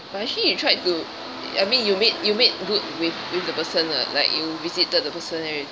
but actually you tried to I mean you made you made good with with the person lah like you visited the person everything